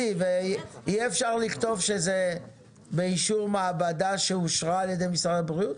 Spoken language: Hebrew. יהיה אפשר לכתוב שזה באישור מעבדה שאושרה על ידי משרד הבריאות?